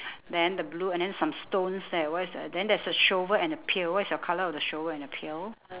then the blue and then some stones there where's the then there's the shovel and the pail what's your colour of the shovel and the pail